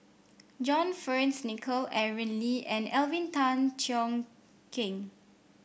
John Fearns Nicoll Aaron Lee and Alvin Tan Cheong Kheng